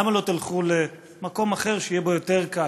למה שלא תלכו למקום אחר שיהיה בו יותר קל.